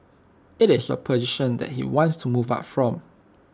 IT is A position that he wants to move up from